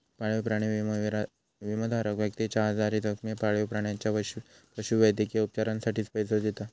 पाळीव प्राणी विमो, विमोधारक व्यक्तीच्यो आजारी, जखमी पाळीव प्राण्याच्या पशुवैद्यकीय उपचारांसाठी पैसो देता